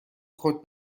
خود